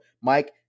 Mike